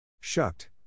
Shucked